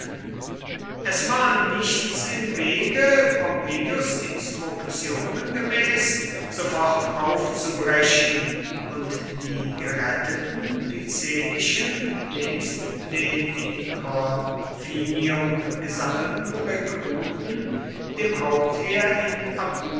es war nichts im wege pompeius instruktionen gemäß sofort aufzubrechen und die geretteten picenischen nebst den in corfinium gesammelten rekruten dem hauptheer in